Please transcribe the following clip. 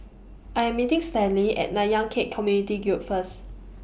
I Am meeting Stanley At Nanyang Khek Community Guild First